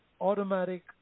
Automatic